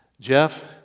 Jeff